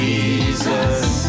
Jesus